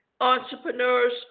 entrepreneurs